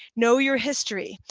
know your history.